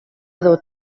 edo